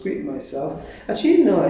actually is a mix ah mix